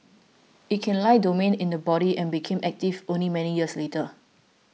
it can lie dormant in the body and become active only many years later